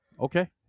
Okay